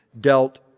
dealt